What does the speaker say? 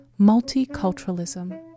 Multiculturalism